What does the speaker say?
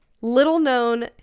Little-known